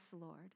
Lord